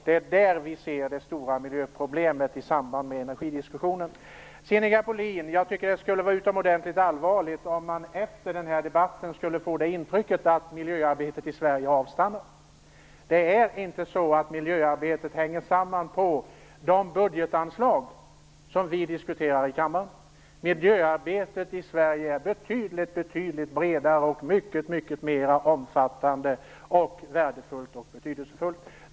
Det är där som vi ser det stora miljöproblemet i samband med energidiskussionen. Sinikka Bohlin, det skulle vara utomordentligt allvarligt om man efter denna debatt fick intrycket att miljöarbetet i Sverige har avstannat. Miljöarbetet hänger inte samman med de budgetanslag som vi diskuterar här i kammaren. Miljöarbetet i Sverige är betydligt bredare och mycket mera omfattande, värdefullt och betydelsefullt.